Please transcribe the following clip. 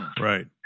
Right